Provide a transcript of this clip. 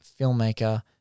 filmmaker